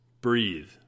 Breathe